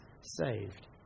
saved